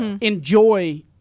enjoy